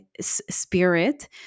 Spirit